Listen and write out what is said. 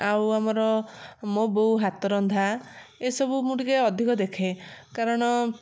ଆଉ ଆମର ମୋ ବୋଉ ହାତରନ୍ଧା ଏସବୁ ମୁଁ ଟିକେ ଅଧିକ ଦେଖେ କାରଣ